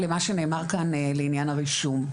למה שנאמר כאן לעניין הרישום,